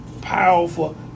powerful